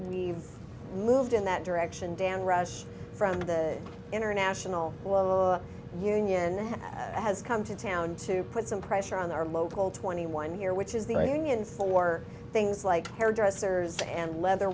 we've moved in that direction dan rush from the international union has come to town to put some pressure on our local twenty one here which is the unions for things like hairdressers and leather